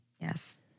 Yes